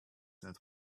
that